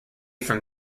from